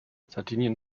sardinien